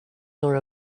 nor